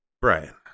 Brian